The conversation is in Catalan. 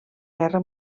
guerra